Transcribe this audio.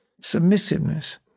submissiveness